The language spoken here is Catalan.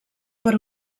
per